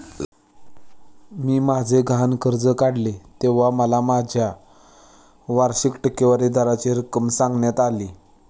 मी माझे गहाण कर्ज काढले तेव्हा मला माझ्या वार्षिक टक्केवारी दराची रक्कम सांगण्यात आली